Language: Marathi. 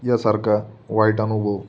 यासारखा वाईट अनुभव